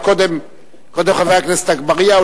קודם חבר הכנסת אגבאריה,